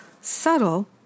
subtle